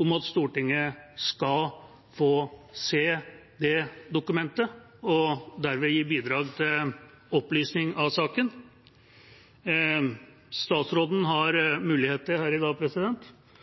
om at Stortinget skal få se det dokumentet og derved gi bidrag til opplysning av saken. Statsråden har muligheter her i dag